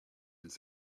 its